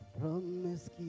promise